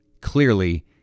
Clearly